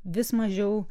vis mažiau